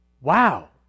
Wow